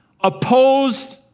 opposed